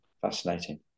fascinating